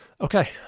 Okay